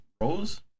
rose